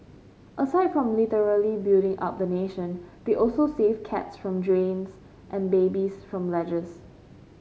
aside from literally building up the nation they also save cats from drains and babies from ledges